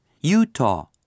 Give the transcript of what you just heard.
Utah